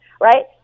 right